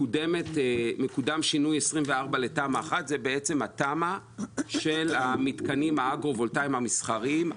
מקודם שינוי 24 לתמ"א 1 זו התמ"א של המתקנים האגרו-וולטאים המסחריים.